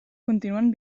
continuen